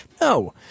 no